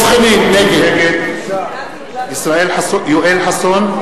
נגד יואל חסון,